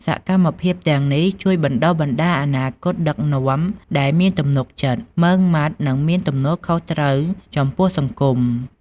សកម្មភាពទាំងនេះជួយបណ្តុះបណ្ដាលអនាគតដឹកនាំដែលមានទំនុកចិត្ត មុឺងម៉ាត់ និងមានទំនួលខុសត្រូវចំពោះសង្គម។